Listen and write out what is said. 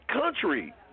country